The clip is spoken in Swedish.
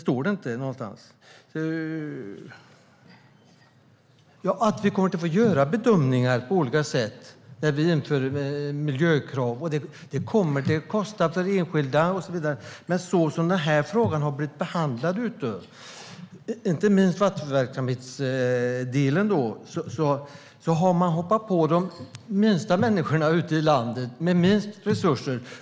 Att man måste göra bedömningar när det införs miljökrav kommer att kosta för enskilda personer, men så som den här frågan har behandlats - inte minst vattenverksamheten - har man hoppat på de människor som har minst resurser.